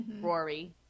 Rory